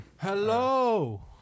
Hello